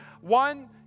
one